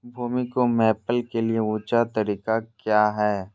भूमि को मैपल के लिए ऊंचे तरीका काया है?